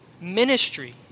ministry